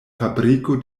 fabriko